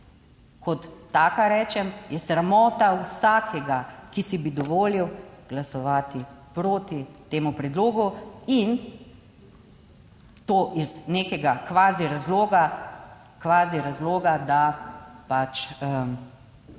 kot taka rečem, je sramota vsakega, ki si bi dovolil glasovati proti temu predlogu in to iz nekega kvazi razloga, kvazi razloga,